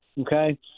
okay